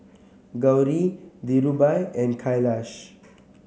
Gauri Dhirubhai and Kailash